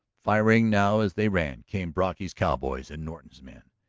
firing now as they ran, came brocky's cowboys and norton's men.